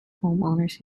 homeowners